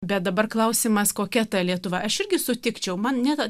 bet dabar klausimas kokia ta lietuva aš irgi sutikčiau man niekad